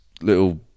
little